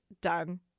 done